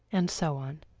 and so on.